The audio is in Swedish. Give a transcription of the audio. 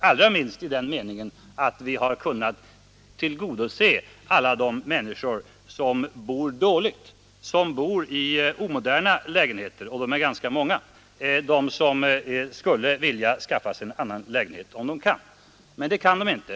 Allra minst beror det på att vi har kunnat tillgodose alla de människors önskemål som nu bor dåligt, alltså människor som bor i omoderna lägenheter — och de är ganska många — men som skulle vilja ha en annan lägenhet om de bara kunde. Men det kan de inte.